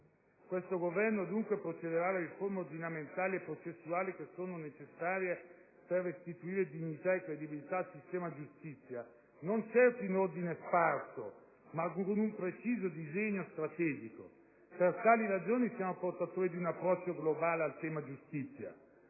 «Questo Governo, dunque, procederà alle riforme ordinamentali e processuali che sono necessarie per restituire dignità e credibilità al sistema Giustizia, non certo in ordine sparso ma con un preciso disegno strategico. Per tali ragioni siamo portatori di un approccio globale al tema giustizia